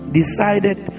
decided